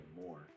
more